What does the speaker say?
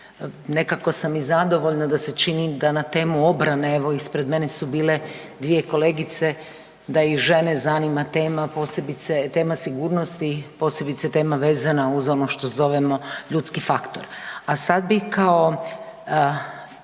Nekako sam i zadovoljna da se čini da na temu obrane evo ispred mene su bile 2 kolegice, da i žene zanima tema posebice tema sigurnosti, posebice tema vezana uz ono što zovemo ljudski faktor. A sad bi kao